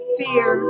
fear